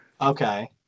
Okay